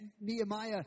Nehemiah